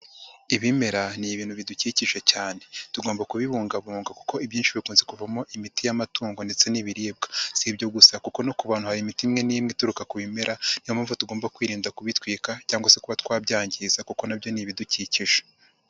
Ibimera ni ibintu bidukikije cyane. Tugomba kubibungabunga kuko ibyinshi bikunze kuvamo imiti y'amatungo ndetse n'ibiribwa. Si ibyo gusa kuko no ku bantu hari imiti imwe n'imwe ituruka ku bimera, niyo mpamvu tugomba kwirinda kubitwika cyangwa se kuba twabyangiza kuko nabyo ni ibidukikije.